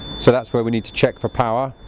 so that's where we need to check for power.